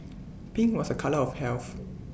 pink was A colour of health